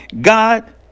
God